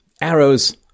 arrows